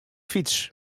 fyts